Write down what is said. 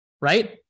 right